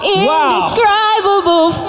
indescribable